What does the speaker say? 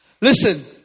Listen